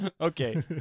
Okay